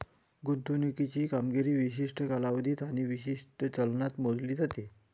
गुंतवणुकीची कामगिरी विशिष्ट कालावधीत आणि विशिष्ट चलनात मोजली जाते